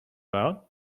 out